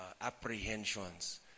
apprehensions